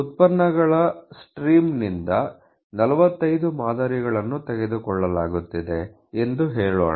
ಉತ್ಪನ್ನಗಳ ಸ್ಟ್ರೀಮ್ನಿಂದ 45 ಮಾದರಿಗಳನ್ನು ತೆಗೆದುಕೊಳ್ಳಲಾಗುತ್ತಿದೆ ಎಂದು ಹೇಳೋಣ